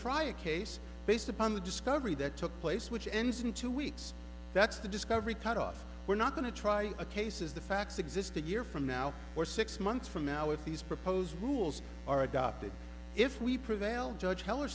try a case based upon the discovery that took place which ends in two weeks that's the discovery cut off we're not going to try a case as the facts exist a year from now or six months from now if these proposed rules are adopted if we prevail judge